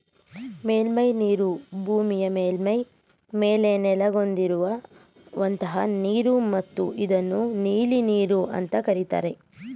ಮೇಲ್ಮೈನೀರು ಭೂಮಿಯ ಮೇಲ್ಮೈ ಮೇಲೆ ನೆಲೆಗೊಂಡಿರುವಂತಹ ನೀರು ಮತ್ತು ಇದನ್ನು ನೀಲಿನೀರು ಅಂತ ಕರೀತಾರೆ